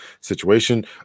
situation